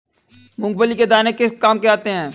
मूंगफली के दाने किस किस काम आते हैं?